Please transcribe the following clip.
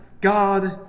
God